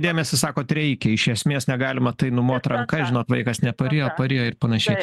dėmesį sakot reikia iš esmės negalima tai numot ranka žinot vaikas neparėjo parėjo ir panašiai